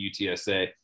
UTSA